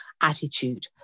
attitude